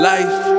Life